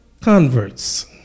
converts